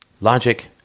logic